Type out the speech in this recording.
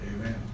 Amen